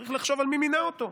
צריך לחשוב על מי שמינה אותו.